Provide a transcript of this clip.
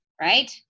right